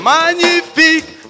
Magnifique